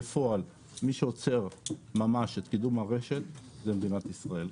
אני נסער כי מי שעוצר בפועל את קידום הרשת זו מדינת ישראל,